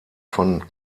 von